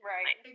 Right